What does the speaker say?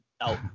out